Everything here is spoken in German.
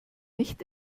nicht